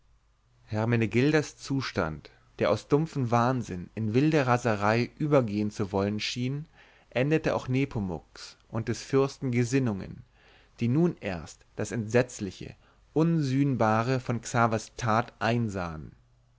hermenegildas zustand der aus dumpfen wahnsinn in wilde raserei übergehen zu wollen schien änderte auch nepomuks und des fürsten gesinnungen die nun erst das entsetzliche unsühnbare von xavers tat einsahen